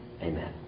Amen